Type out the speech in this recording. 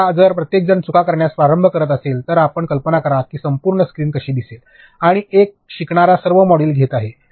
आता जर प्रत्येकजण चुका करण्यास प्रारंभ करीत असेल तर आपण कल्पना करा की संपूर्ण स्क्रीन कशी दिसेल आणि एक शिकणारा सर्व मॉड्यूल्स घेत आहे